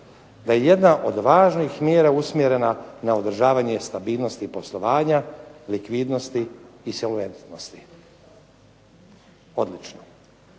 da je jedna od važnih mjera usmjerena na održavanje stabilnosti poslovanja, likvidnosti i solventnosti. Odlično.